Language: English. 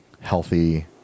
healthy